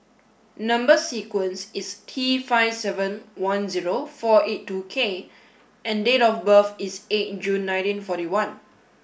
number sequence is T five seven one zero four eight two K and date of birth is eight June nineteen forty one